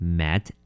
mad